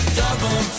double